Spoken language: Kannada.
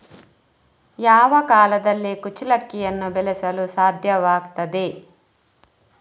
ಯಾವ ಕಾಲದಲ್ಲಿ ಕುಚ್ಚಲಕ್ಕಿಯನ್ನು ಬೆಳೆಸಲು ಸಾಧ್ಯವಾಗ್ತದೆ?